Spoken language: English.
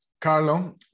Carlo